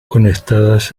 conectadas